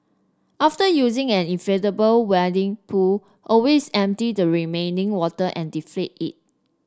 after using an inflatable wading pool always empty the remaining water and deflate it